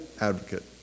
advocate